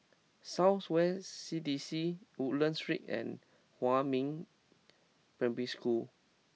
South West C D C Woodlands Street and Huamin Primary School